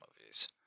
movies